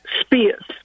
spears